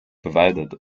bewaldet